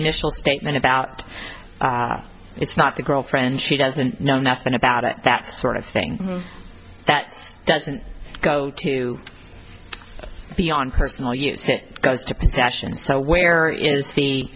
initial statement about it's not the girlfriend she doesn't know nothing about it that sort of thing that doesn't go to beyond personal use it goes to possession so where is